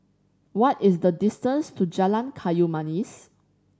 what is the distance to Jalan Kayu Manis